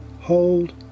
hold